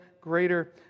greater